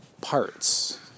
parts